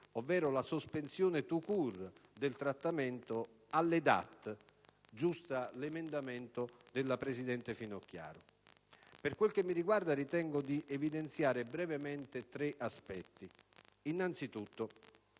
ovvero la sospensione *tout court* del trattamento - alle DAT, giusta l'emendamento della presidente Finocchiaro. Per quel che mi riguarda, ritengo di dover evidenziare brevemente tre aspetti. Innanzitutto,